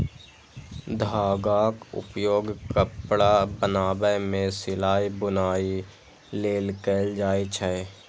धागाक उपयोग कपड़ा बनाबै मे सिलाइ, बुनाइ लेल कैल जाए छै